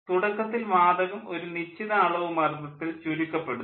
തുടക്കത്തിൽ വാതകം ഒരു നിശ്ചിത അളവ് മർദ്ദത്തിൽ ചുരുക്കപ്പെടുന്നു